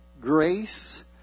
grace